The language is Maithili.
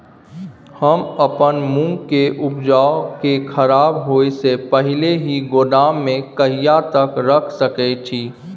हम अपन मूंग के उपजा के खराब होय से पहिले ही गोदाम में कहिया तक रख सके छी?